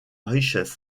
richesse